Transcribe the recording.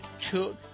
took